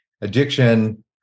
addiction